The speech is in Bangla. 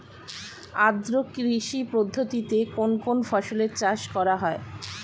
আদ্র কৃষি পদ্ধতিতে কোন কোন ফসলের চাষ করা হয়?